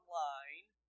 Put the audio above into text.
line